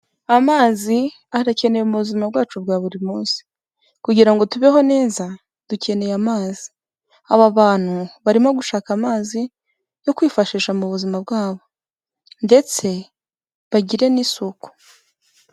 Amazi arakenewe mu buzima bwacu bwa buri munsi, kugira ngo tubeho neza dukeneye amazi, aba bantu barimo gushaka amazi yo kwifashisha mu buzima bwabo, ndetse bagire n'isuku.